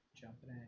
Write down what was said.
jumping